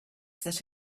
that